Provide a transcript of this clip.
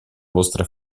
vostra